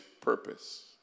purpose